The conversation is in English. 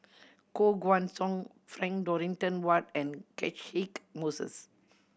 Koh Guan Song Frank Dorrington Ward and Catchick Moses